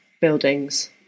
buildings